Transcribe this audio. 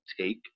take